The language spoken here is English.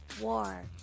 War